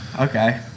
Okay